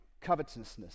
covetousness